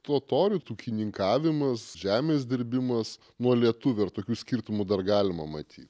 totorių ūkininkavimas žemės dirbimas nuo lietuvių ar tokių skirtumų dar galima matyt